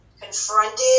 confronted